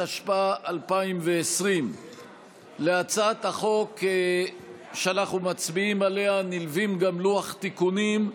התשפ"א 2020. להצעת החוק שאנחנו מצביעים עליה נלווים גם לוחות תיקונים,